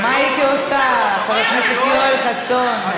מה הייתי עושה, חבר הכנסת יואל חסון?